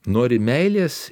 nori meilės